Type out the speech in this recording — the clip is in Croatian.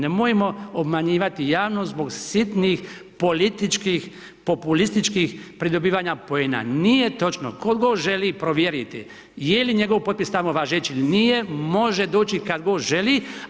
Nemojmo obmanjivati javnost zbog sitnih političkih, populističkih pridobivanja poena, nije točno ko god želi provjeriti je li njegov potpis tamo važeći ili nije može doći kad god želi.